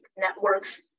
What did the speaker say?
networks